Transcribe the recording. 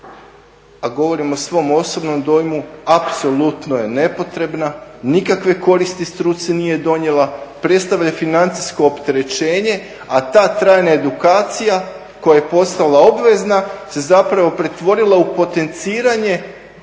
a govorim o svom osobnom dojmu, apsolutno je nepotrebna, nikakve koristi struci nije donijela, predstavlja financijsko opterećenje, a ta trajna edukacija koja je postala obvezna se zapravo pretvorila u potenciranje